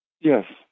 Yes